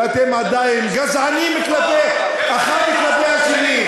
ואתם עדיין גזענים אחד כלפי השני.